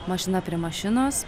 mašina prie mašinos